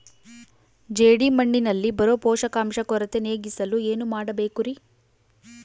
ಜೇಡಿಮಣ್ಣಿನಲ್ಲಿ ಬರೋ ಪೋಷಕಾಂಶ ಕೊರತೆ ನೇಗಿಸಲು ಏನು ಮಾಡಬೇಕರಿ?